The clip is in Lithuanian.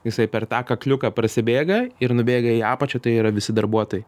jisai per tą kakliuką prasibėga ir nubėga į apačią tai yra visi darbuotojai